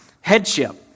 headship